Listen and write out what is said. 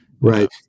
right